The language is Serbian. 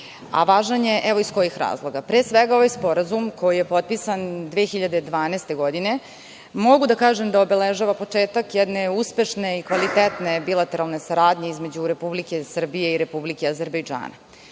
važan. Važan je, evo iz kojih razloga. Pre svega ovaj sporazum koji je potpisan 2012. godine, mogu da kažem da obeležava početak jedne uspešne i kvalitetne bilateralne saradnje između Republike Srbije i Republike Azerbejdžan. Ono